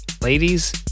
ladies